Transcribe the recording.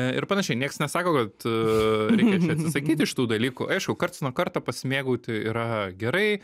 ir panašiai nieks nesako kad reikia čia atsisakyti šitų dalykų aišku karts nuo karto pasimėgauti yra gerai